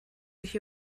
sich